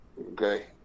Okay